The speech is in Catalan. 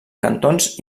cantons